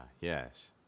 Yes